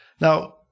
Now